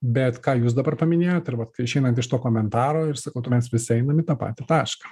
bet ką jūs dabar paminėjot ir vat kai išeinant iš to komentaro ir sakau tai mes visi einam į tą patį tašką